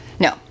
No